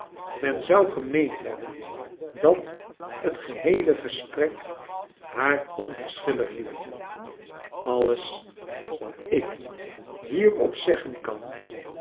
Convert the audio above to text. men zou gemeand hebben dat het geheele gesprek haar onverschillig liet alles wat ik hierop zeggen kan